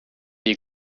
you